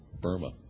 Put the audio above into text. Burma